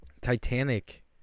Titanic